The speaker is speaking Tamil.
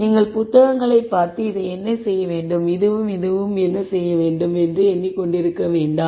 நீங்கள் புத்தகங்களைப் பார்த்துக் இதை நான் செய்ய வேண்டும் இதுவும் இதுவும் என்று எண்ணி கொண்டிருக்க வேண்டாம்